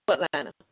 Atlanta